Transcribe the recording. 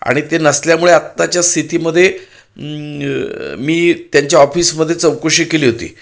आणि ते नसल्यामुळे आत्ताच्या स्थितीमध्ये मी त्यांच्या ऑफिसमध्ये चौकशी केली होती